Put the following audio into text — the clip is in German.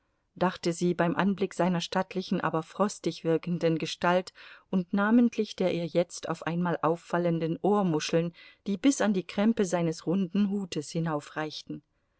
dachte sie beim anblick seiner stattlichen aber frostig wirkenden gestalt und namentlich der ihr jetzt auf einmal auffallenden ohrmuscheln die bis an die krempe seines runden hutes